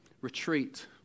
retreat